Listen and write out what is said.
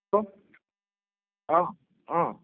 hello অঁ অঁ